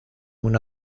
una